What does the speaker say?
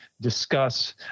discuss